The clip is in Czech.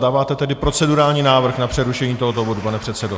Dáváte tedy procedurální návrh na přerušení tohoto bodu, pane předsedo?